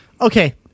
Okay